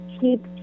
keep